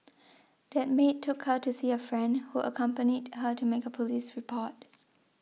that maid took her to see a friend who accompanied her to make a police report